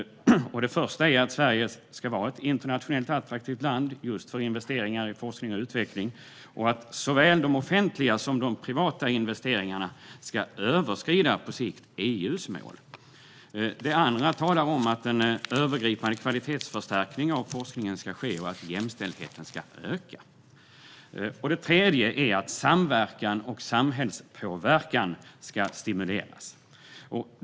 Det första är att Sverige ska vara ett internationellt attraktivt land för investeringar i forskning och utveckling. Såväl de offentliga som de privata investeringarna ska på sikt överskrida EU:s mål. Det andra målet handlar om att en övergripande kvalitetsförstärkning av forskningen ska ske och att jämställdheten ska öka. Det tredje målet är att samverkan och samhällspåverkan ska stimuleras.